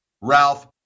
ralph